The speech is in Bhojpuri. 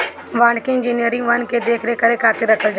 वानिकी इंजिनियर वन के देख रेख करे खातिर रखल जाने